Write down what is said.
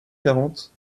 quarante